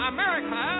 America